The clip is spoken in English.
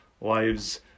lives